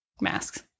masks